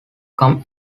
come